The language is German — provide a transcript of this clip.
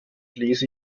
lese